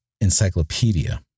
encyclopedia